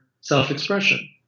self-expression